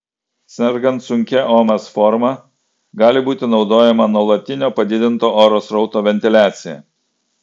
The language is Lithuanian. sergant sunkia omas forma gali būti naudojama nuolatinio padidinto oro srauto ventiliacija